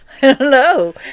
Hello